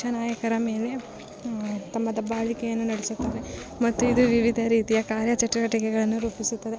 ಪಕ್ಷ ನಾಯಕರ ಮೇಲೆ ತಮ್ಮ ದಬ್ಬಾಳಿಕೆಯನ್ನು ನಡೆಸುತ್ತಾರೆ ಮತ್ತು ಇದು ವಿವಿಧ ರೀತಿಯ ಕಾರ್ಯ ಚಟುವಟಿಕೆಗಳನ್ನು ರೂಪಿಸುತ್ತದೆ